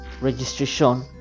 registration